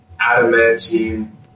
adamantine